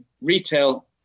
retail